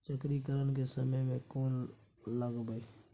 चक्रीकरन के समय में कोन लगबै?